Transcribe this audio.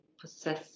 possess